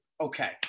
Okay